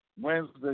Wednesday